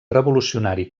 revolucionari